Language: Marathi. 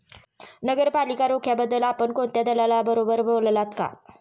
नगरपालिका रोख्यांबद्दल आपण कोणत्या दलालाबरोबर बोललात का?